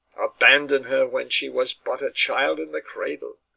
abandoned her when she was but a child in the cradle,